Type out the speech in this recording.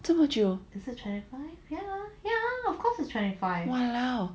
这么久可是 !walao!